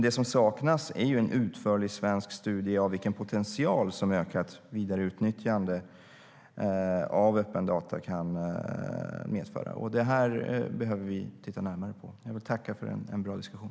Det som saknas är en utförlig svensk studie av vilken potential som ökat vidareutnyttjande av öppna data kan medföra. Det behöver vi titta närmare på. Jag vill tacka för en bra diskussion.